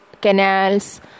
canals